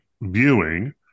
viewing